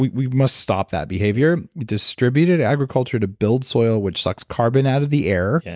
we we must stop that behavior. distributed agriculture to build soil, which sucks carbon out of the air,